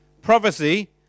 prophecy